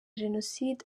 jenoside